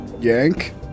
Yank